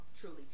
Truly